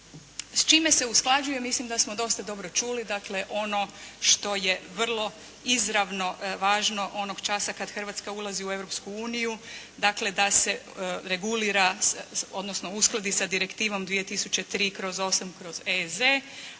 S čime se usklađuje, mislim da smo dosta dobro čuli, dakle, ono što je vrlo izravno važno onog časa kada Hrvatska ulazi u Europsku uniju, dakle, da se regulira, odnosno uskladi sa direktivom 2003./8/EZ